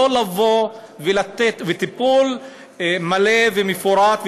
טיפול מלא ומפורט,